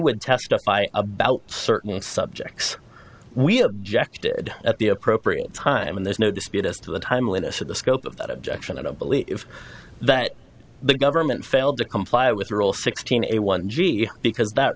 would testify about certain subjects we objected at the appropriate time and there's no dispute as to the timeliness of the scope of that objection and i believe that the government failed to comply with the rule sixteen a one g because that